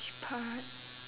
which part